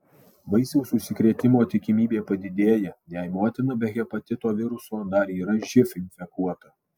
vaisiaus užsikrėtimo tikimybė padidėja jei motina be hepatito viruso dar yra živ infekuota